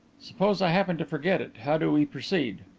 suppose i happen to forget it? how do we proceed?